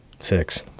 six